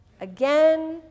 Again